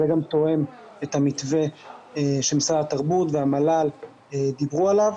זה גם תואם את המתווה שמשרד התרבות והמל"ל דיברו עליו,